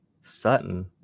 Sutton